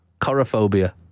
Chorophobia